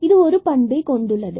இது ஒரு பண்பை கொண்டிருக்கிறது